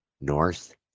north